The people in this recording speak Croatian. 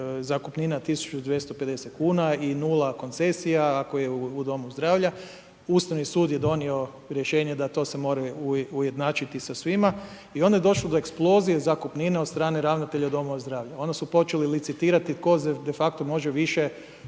zakupnina 1250 kuna i 0 koncesija, ako je u domu zdravlju. Ustavni sud je donio rješenje da to se mora ujednačiti sa svima i onda je došlo do eksplozija zakupnine od strane ravnatelja domova zdravlja. Onda su počeli licitirati tko de facto može više